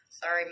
sorry